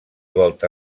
volta